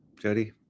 Jody